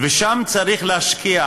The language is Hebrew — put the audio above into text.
ושם צריך להשקיע.